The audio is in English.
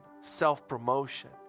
self-promotion